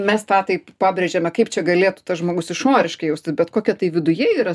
mes tą taip pabrėžėme kaip čia galėtų tas žmogus išoriškai jaustis bet kokia tai viduje yra